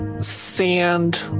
sand